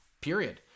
Period